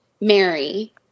Mary